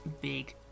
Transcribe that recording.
big